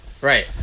Right